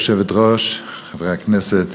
גברתי היושבת-ראש, חברי הכנסת,